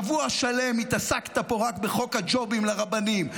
שבוע שלם התעסקת פה רק בחוק הג'ובים לרבנים,